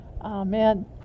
Amen